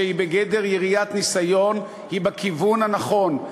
שהיא בגדר יריית ניסיון, היא בכיוון הנכון.